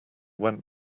went